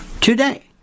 today